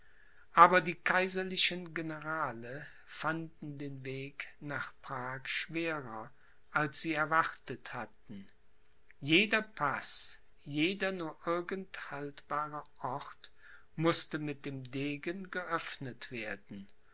aber die kaiserlichen generale fanden den weg nach prag schwerer als sie erwartet hatten jeder paß jeder nur irgend haltbare ort mußte mit dem degen geöffnet werden